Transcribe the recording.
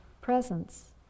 presence